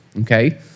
okay